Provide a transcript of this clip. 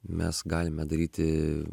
mes galime daryti